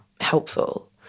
helpful